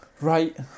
Right